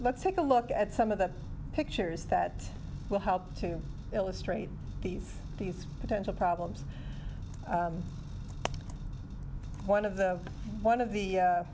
let's take a look at some of the pictures that will help to illustrate these potential problems one of the one of the